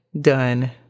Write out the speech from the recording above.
done